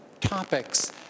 topics